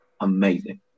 amazing